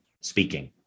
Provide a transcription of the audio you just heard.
speaking